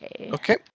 Okay